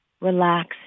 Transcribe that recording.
Relax